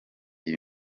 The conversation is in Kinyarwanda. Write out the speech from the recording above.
iyi